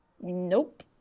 Nope